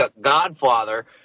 Godfather